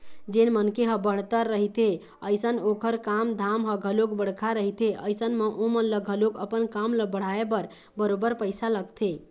जेन मनखे ह बड़हर रहिथे अइसन ओखर काम धाम ह घलोक बड़का रहिथे अइसन म ओमन ल घलोक अपन काम ल बढ़ाय बर बरोबर पइसा लगथे